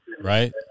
right